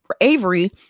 Avery